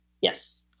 Yes